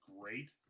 great